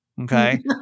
okay